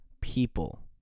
people